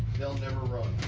they'll never run.